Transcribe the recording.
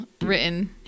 written